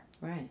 Right